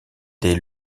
dès